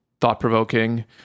thought-provoking